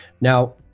Now